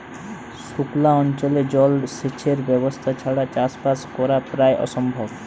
সুক্লা অঞ্চলে জল সেচের ব্যবস্থা ছাড়া চাষবাস করা প্রায় অসম্ভব